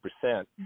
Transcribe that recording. percent